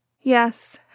Yes